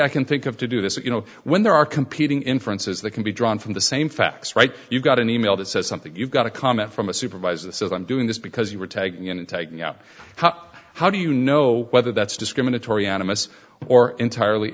i can think of to do this is you know when there are competing inferences that can be drawn from the same facts right you got an e mail that says something you've got a comment from a supervisor says i'm doing this because you were taking and taking you know how how do you know whether that's discriminatory animus or entirely